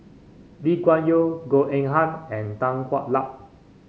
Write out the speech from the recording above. Lee Kuan Yew Goh Eng Han and Tan Hwa Luck